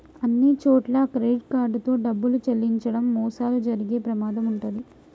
అన్నిచోట్లా credit card తో డబ్బులు చెల్లించడం మోసాలు జరిగే ప్రమాదం వుంటది